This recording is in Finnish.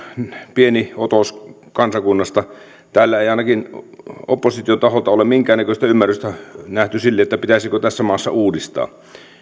pieni otos kansakunnasta täällä ei ainakaan opposition taholta ole minkäännäköistä ymmärrystä nähty sille pitäisikö tässä maassa uudistaa